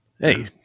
hey